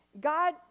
god